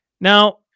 Now